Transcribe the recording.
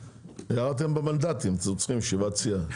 ירדתם במנדטים אז אתם צריכים ישיבת סיעה.